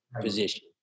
position